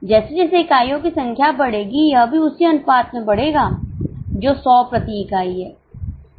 जैसे जैसे इकाइयों की संख्या बढ़ेगी यह भी उसी अनुपात में बढ़ेगा जो 100 प्रति इकाई है